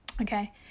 Okay